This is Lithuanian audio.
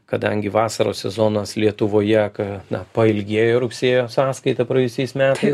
kadangi vasaros sezonas lietuvoje ką na pailgėjo rugsėjo sąskaita praėjusiais metais